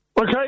Okay